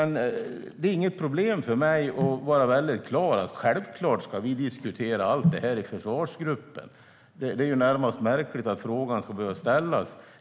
Det är inget problem för mig att vara väldigt tydlig: Självklart ska vi diskutera allt detta i försvarsgruppen. Det är närmast märkligt att frågan ska behöva ställas.